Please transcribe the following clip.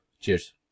Cheers